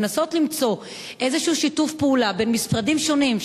לנסות למצוא איזשהו שיתוף פעולה בין משרדים שונים,